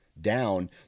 down